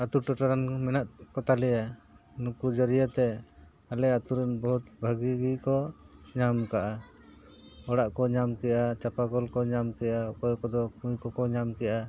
ᱟᱛᱳ ᱴᱚᱴᱷᱟᱨᱮᱱ ᱢᱮᱱᱟᱜ ᱠᱚ ᱛᱟᱞᱮᱭᱟ ᱱᱩᱠᱩ ᱡᱟᱹᱨᱤᱭᱟᱹ ᱛᱮ ᱟᱞᱮ ᱟᱛᱳ ᱨᱮᱱ ᱵᱚᱦᱩᱛ ᱵᱷᱟᱹᱜᱤ ᱜᱮᱠᱚ ᱧᱟᱢ ᱠᱟᱜᱼᱟ ᱚᱲᱟᱜ ᱠᱚ ᱧᱟᱢ ᱠᱮᱜᱼᱟ ᱪᱟᱯᱟ ᱠᱚᱞ ᱠᱚ ᱧᱟᱢ ᱠᱮᱜᱼᱟ ᱚᱠᱚᱭ ᱠᱚᱫᱚ ᱠᱩᱧ ᱠᱚᱠᱚ ᱧᱟᱢ ᱠᱮᱜᱼᱟ